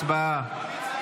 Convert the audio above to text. הצבעה.